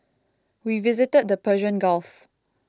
we visited the Persian Gulf